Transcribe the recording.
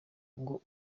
ngo